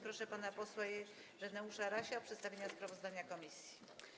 Proszę pana posła Ireneusza Rasia o przedstawienie sprawozdania komisji.